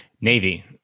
Navy